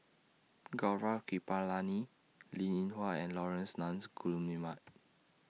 Gaurav Kripalani Linn in Hua and Laurence Nunns Guillemard